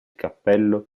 cappello